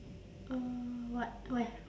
uh what where